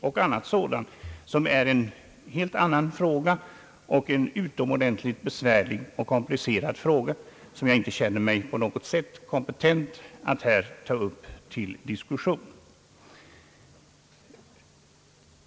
Raspolitiken är, anser jag, en helt annan och utomordentligt besvärlig och komplicerad fråga, som jag inte känner mig på något sätt kompetent att här ta upp till diskussion.